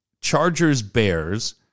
Chargers-Bears